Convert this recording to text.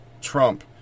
Trump